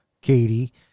Katie